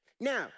Now